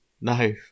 no